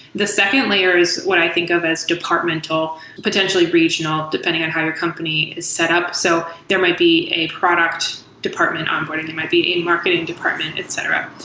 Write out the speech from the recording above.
the second layer is what i think of as departmental, potentially regional, depending on how your company is setup. so there might be a product department onboarding. there might be in-marketing department, etc.